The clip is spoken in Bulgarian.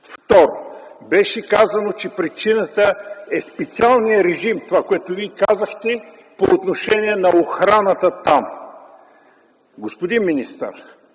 Второ, беше казано, че причината е специалният режим – това, което Вие казахте по отношение на охраната там. Господин министър,